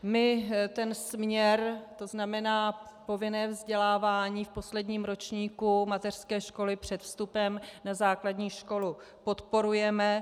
My ten směr, to znamená povinné vzdělávání v posledním ročníku mateřské školy před vstupem na základní školu, podporujeme.